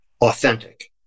authentic